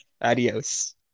Adios